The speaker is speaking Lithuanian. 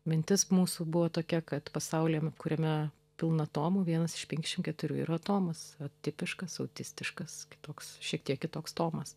mintis mūsų buvo tokia kad pasauly kuriame pilna tomų vienas iš penkiasdešim keturių yra tomas tipiškas autistiškas kitoks šiek tiek kitoks tomas